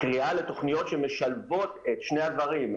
קריאה לתוכניות שמשלבות את שני הדברים.